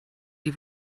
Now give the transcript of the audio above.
die